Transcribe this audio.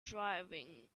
driving